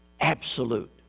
absolute